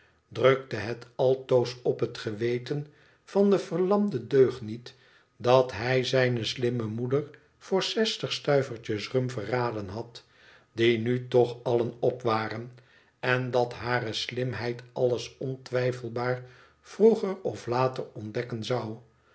drukte het altoos op het geweten van den verlamden deugniet dat hij zijne slimme moeder voor zestig stuivertjes rum verraden had die nu toch allen op waren en dat hare slimheid alles ontwijfelbaar vroeger of later ontdekken zou